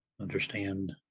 understand